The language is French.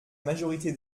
majorité